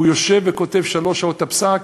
והוא יושב וכותב שלוש שעות את הפסק,